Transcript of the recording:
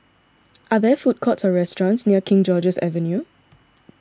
are there food courts or restaurants near King George's Avenue